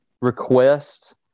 requests